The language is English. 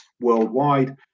worldwide